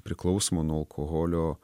priklausomo nuo alkoholio